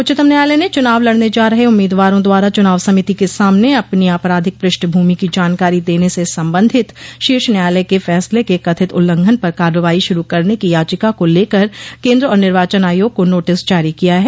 उच्चतम न्यायालय ने चुनाव लड़ने जा रहे उम्मीदवारों द्वारा चुनाव समिति के सामने अपनी आपराधिक पृष्ठभूमि की जानकारी देने से संबंधित शीर्ष न्यायालय के फैसले के कथित उल्लंघन पर कार्रवाई शुरू करने की याचिका को लेकर केन्द्र और निर्वाचन आयोग को नोटिस जारी किया है